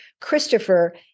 Christopher